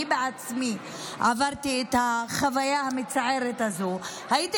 אני בעצמי עברתי את החוויה המצערת הזו: הייתי